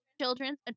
children's